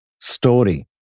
story